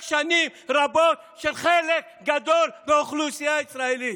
שנים רבות של חלק גדול באוכלוסייה הישראלית?